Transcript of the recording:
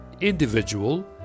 individual